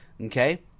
okay